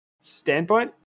standpoint